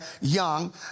young